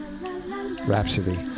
Rhapsody